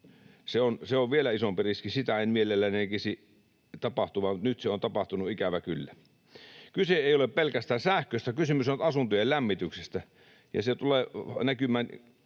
on vielä isompi riski, sitä en mielelläni näkisi tapahtuvan, mutta nyt se on tapahtunut, ikävä kyllä. Kyse ei ole pelkästään sähköstä, kysymys on asuntojen lämmityksestä. Aivan oikein